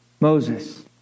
Moses